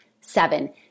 Seven